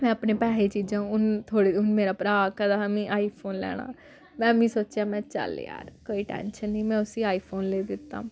में अपने पैहे चीजां हून थोह्ड़े हून मेरा भ्राऽ कदें हा आईफोन लैना में मीं सोचेआ में चल यार कोई टैंशन नि में उसी आईफोन लेई दित्ता